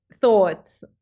thoughts